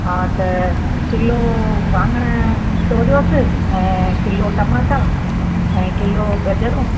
हा त किलो वाङण तोरियोस ऐं किलो टमाटा ऐं किलो गजरुं